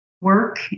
work